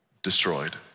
destroyed